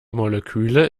moleküle